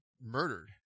murdered